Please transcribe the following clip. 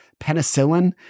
penicillin